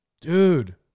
Dude